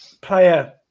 player